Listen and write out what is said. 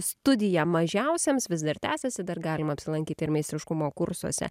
studija mažiausiems vis dar tęsiasi dar galima apsilankyti ir meistriškumo kursuose